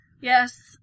Yes